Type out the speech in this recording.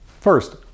First